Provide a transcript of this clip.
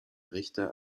richter